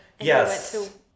Yes